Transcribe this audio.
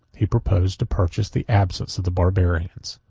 he proposed to purchase the absence of the barbarians.